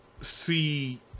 see